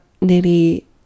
nearly